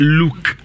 look